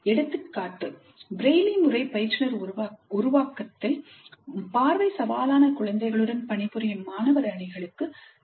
எடுத்துக்காட்டு Braille முறை பயிற்றுநர் உருவாக்கத்தில் பார்வை சவாலான குழந்தைகளுடன் பணிபுரியும் மாணவர் அணிகளுக்கு சிக்கல்கள் உள்ளன